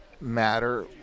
matter